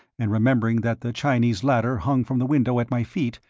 and remembering that the chinese ladder hung from the window at my feet,